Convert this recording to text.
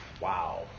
wow